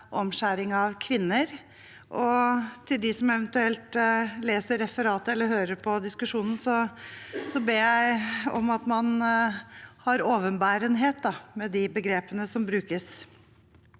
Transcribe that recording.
omskjæring av kvinner. Til dem som eventuelt leser referatet eller hører på diskusjonen: Jeg ber om at man har overbærenhet med de begrepene som brukes.